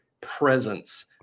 presence